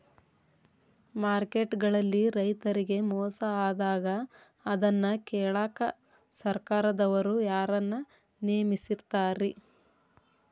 Market ಗಳಲ್ಲಿ ರೈತರಿಗೆ ಮೋಸ ಆದಾಗ ಅದನ್ನ ಕೇಳಾಕ್ ಸರಕಾರದವರು ಯಾರನ್ನಾ ನೇಮಿಸಿರ್ತಾರಿ?